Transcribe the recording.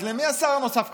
אז למי השר הנוסף כפוף,